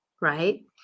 right